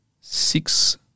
six